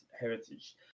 heritage